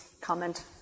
comment